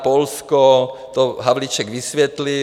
Polsko to Havlíček vysvětlil.